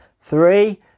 Three